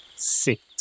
Six